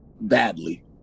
badly